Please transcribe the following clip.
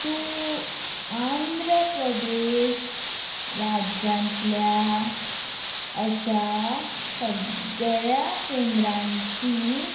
तूं आंध्र प्रदेश राज्यांतल्या अशा सगळ्या केंद्रांची